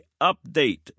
Update